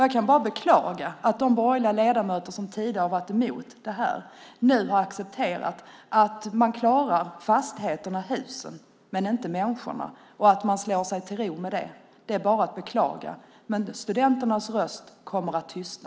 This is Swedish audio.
Jag kan bara beklaga att de borgerliga ledamöter som tidigare har varit emot detta nu har accepterat och slagit sig till ro med att fastigheterna och husen klaras av men inte människorna. Studenternas röst kommer att tystna.